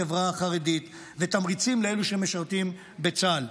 ולחברה החרדית ותמריצים לאלו שמשרתים בצה"ל.